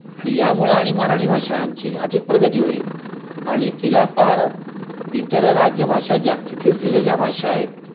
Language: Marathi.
आणि यामुळं आणि मराठी भाषा आमची अधिक प्रगती होईल आणि तिला पार इतर राज्यभाषा जागतिक कीर्तीच्या ज्या भाषा आहेत